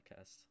podcast